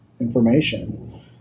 information